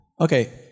Okay